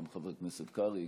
גם חבר הכנסת קרעי,